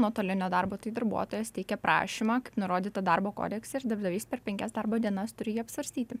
nuotolinio darbo tai darbuotojas teikia prašymą nurodytą darbo kodekse ir darbdavys per penkias darbo dienas turi jį apsvarstyti